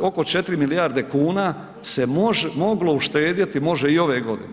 oko 4 milijarde kuna se moglo uštedjeti, može i ove godine.